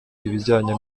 ibijyanye